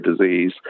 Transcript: disease